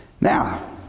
Now